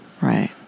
Right